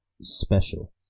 special